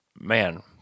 Man